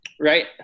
right